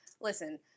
listen